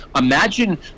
imagine